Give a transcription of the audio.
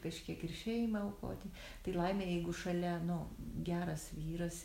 kažkiek ir šeimą aukoti tai laimė jeigu šalia nu geras vyras